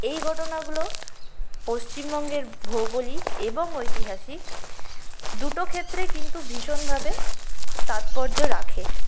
এই ঘটনাগুলো পশ্চিমবঙ্গের ভৌগোলিক এবং ঐতিহাসিক দুটো ক্ষেত্রে কিন্তু ভীষণভাবে তাৎপর্য রাখে